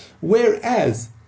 Whereas